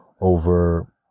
over